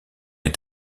est